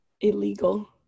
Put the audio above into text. Illegal